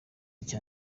cya